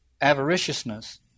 avariciousness